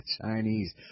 Chinese